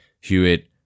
Hewitt